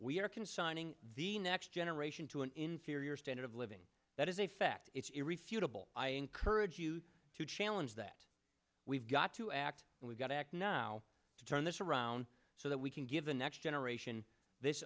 are consigning the next generation to an inferior standard of living that is a fact it's irrefutable i encourage you to challenge that we've got to act and we've got to act now to turn this around so that we can give the next generation this